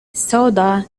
soda